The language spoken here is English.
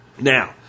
Now